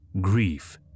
grief